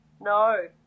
No